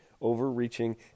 overreaching